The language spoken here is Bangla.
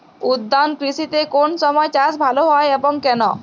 উদ্যান কৃষিতে কোন সময় চাষ ভালো হয় এবং কেনো?